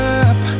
up